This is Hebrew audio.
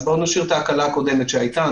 אז בואו נשאיר את ההקלה הקודמת שהייתה.